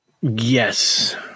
Yes